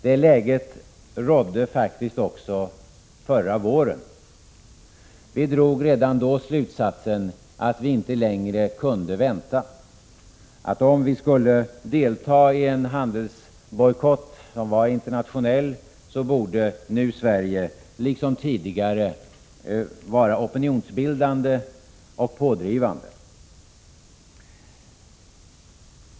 Det läget rådde faktiskt också förra våren. Vi drog redan då slutsatsen att vi inte längre kunde vänta. Om vi skulle delta i en internationell handelsbojkott så borde Sverige, liksom tidigare, vara opinionsbildande och pådrivande.